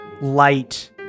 light